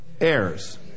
heirs